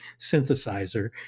synthesizer